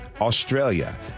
Australia